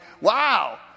wow